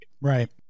Right